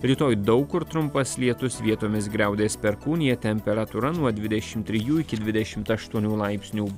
rytoj daug kur trumpas lietus vietomis griaudės perkūnija temperatūra nuo dvidešimt trijų iki dvidešimt aštuonių laipsnių